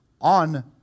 on